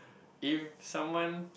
if someone